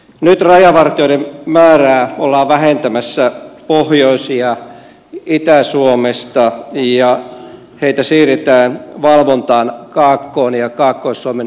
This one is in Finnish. nyt rajavartijoiden määrää ollaan vähentämässä pohjois ja itä suomesta ja niitä siirretään valvontaan kaakkoon ja kaakkois suomen rajanylityspaikoille